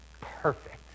Perfect